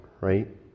right